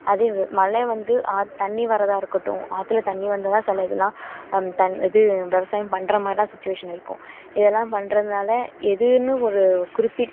அதே மழை வந்து ஆத் தண்ணி வரதாக இருக்கட்டும் ஆற்றுல தண்ணி வந்தால் தான் சில இதெல்லாம் இது விவசாயம் பண்ணுற மாதிரினா சுச்சுவேஷன் இருக்கும் இதெல்லாம் பண்ணுறதுனால எதுன்னு ஒரு குறிப்பிட்